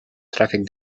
tràfic